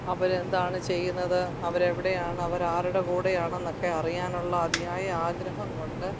അവർ എന്താണ് ചെയ്യുന്നത് അവർ എവിടെയാണ് അവർ ആരുടെ കൂടെയാണെ് എന്നൊക്കെ അറിയാനുള്ള അതിയായ ആഗ്രഹം കൊണ്ട്